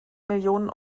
millionen